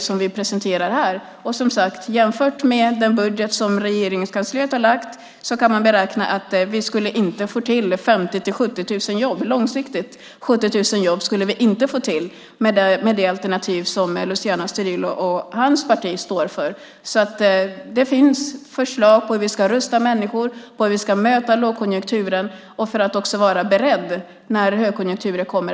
Som sagt: Jämfört med den budget som Regeringskansliet har lagt fram kan man beräkna att vi inte skulle få 70 000 jobb på lång sikt med det alternativ som Luciano Astudillo och hans parti står för. Det finns förslag på hur vi ska rusta människor och möta lågkonjunkturen och också vara beredda när högkonjunkturen kommer.